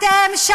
לא, אנחנו לא.